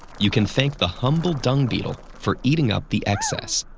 you can thank the humble dung beetle for eating up the excess.